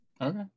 Okay